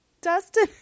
Dustin